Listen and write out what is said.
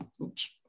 Oops